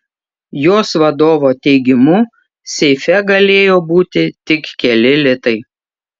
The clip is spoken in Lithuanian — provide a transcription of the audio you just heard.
jos vadovo teigimu seife galėjo būti tik keli litai